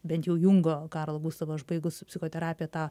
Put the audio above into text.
bent jau jungo karlo gutavo aš baigus psichoterapiją tą